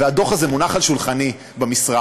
והדוח הזה מונח על שולחני במשרד.